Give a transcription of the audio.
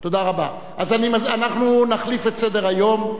אז אנחנו נחליף את סדר-היום.